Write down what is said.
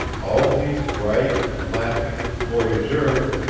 all these bright, laughing voyageurs,